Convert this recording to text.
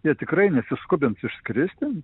jie tikrai nesiskubins išskristi